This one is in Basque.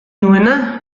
nuena